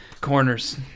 corners